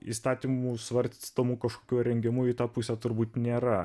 įstatymų svarstomų kažkių ar rengiamų į tą pusę turbūt nėra